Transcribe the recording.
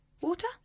Water